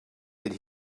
did